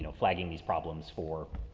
so flagging these problems for,